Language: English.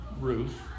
Ruth